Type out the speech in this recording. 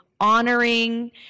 Honoring